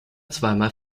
zweimal